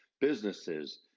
businesses